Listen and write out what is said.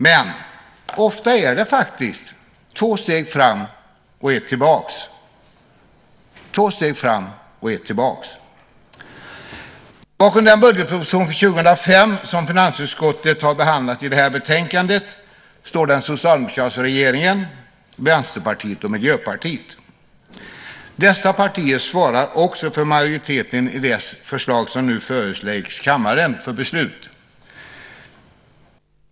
Men ofta är det faktiskt två steg framåt och ett tillbaka - två steg framåt och ett tillbaka. Bakom den budgetproposition för år 2005 som finansutskottet behandlat i det här betänkandet står den socialdemokratiska regeringen, Vänsterpartiet och Miljöpartiet. Dessa partier svarar också för majoriteten bakom det förslag som nu föreläggs kammaren för beslut.